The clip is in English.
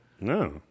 No